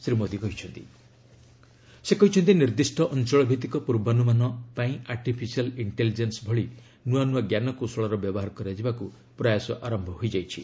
ଶ୍ରୀ ମୋଦି କହିଛନ୍ତି ନିର୍ଦ୍ଦିଷ୍ଟ ଅଞ୍ଚଳଭିତ୍ତିକ ପୂର୍ବାନୁମାନ ପାଇଁ ଆର୍ଟିଫିସିଆଲ୍ ଇଷ୍ଟେଲିଜେନ୍ସ ଭଳି ନୂଆ ନୂଆ ଜ୍ଞାନକୌଶଳର ବ୍ୟବହାର କରାଯିବାକୁ ପ୍ରୟାସ ଆରମ୍ଭ ହୋଇଯାଇଛି